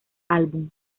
álbum